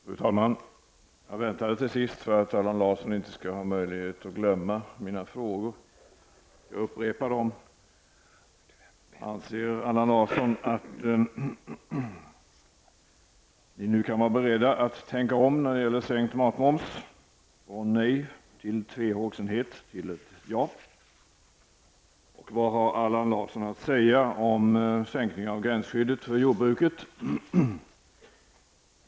Fru talman! Jag väntade till sist för att Allan Larsson inte skulle ha möjlighet att glömma bort mina frågor. Jag upprepar dem: Anser Allan Larsson att man nu är beredd att tänka om när det gäller sänkt matmoms, från nej till tvehågsenhet fram till ett ja? Vad har Allan Larsson att säga om en sänkning av gränsskyddet beträffande jordbruksprodukter?